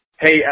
hey